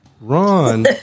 Ron